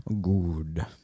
Good